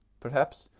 perhaps,